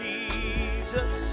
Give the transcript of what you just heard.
Jesus